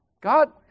God